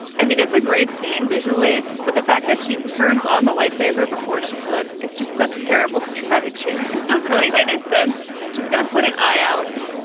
i mean, it's a great scene visually. but the fact that she turns on the light saber before she flips, it's just such a terrible strategy any sense she's going to put an eye out?